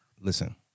Listen